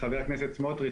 חבר הכנסת סמוטריץ',